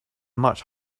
much